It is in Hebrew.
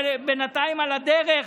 בינתיים, על הדרך,